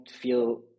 feel